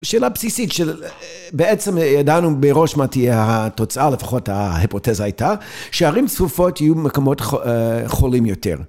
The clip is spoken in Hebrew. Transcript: שאלה בסיסית, של בעצם ידענו מראש מה תהיה התוצאה, לפחות ההיפותזה הייתה, שערים צפופות יהיו מקומות חולים יותר.